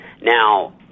Now